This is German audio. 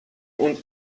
und